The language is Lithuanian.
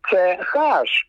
k h